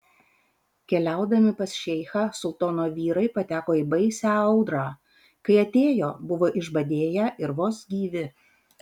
keliaudami pas šeichą sultono vyrai pateko į baisią audrą kai atėjo buvo išbadėję ir vos gyvi